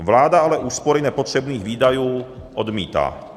Vláda ale úspory nepotřebných výdajů odmítá.